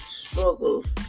struggles